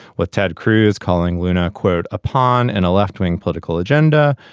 with ted cruz calling luna quote upon and a left wing political agenda.